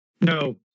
No